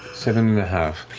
seven and a half.